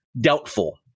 doubtful